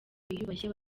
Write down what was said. biyubashye